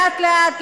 לאט-לאט,